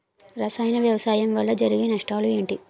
రసాయన వ్యవసాయం వల్ల జరిగే నష్టాలు ఏంటి?